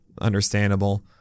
Understandable